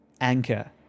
anchor